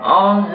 on